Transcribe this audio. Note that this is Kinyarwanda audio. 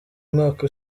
umwaka